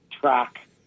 track